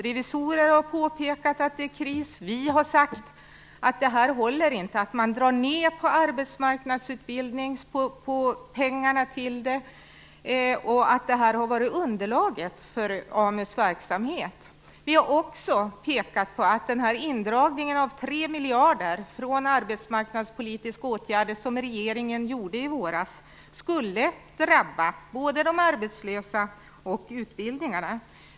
Revisorer har påpekat att det är kris, och vi har sagt att det inte håller att man drar ned på pengarna till arbetsmarknadsutbildningen. Det har ju varit underlaget för AMU:s verksamhet. Vi har också pekat på att den indragning av 3 miljarder från arbetsmarknadspolitiska åtgärder som regeringen gjorde i våras skulle drabba både de arbetslösa och utbildningarna.